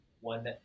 one